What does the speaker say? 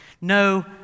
No